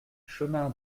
chemin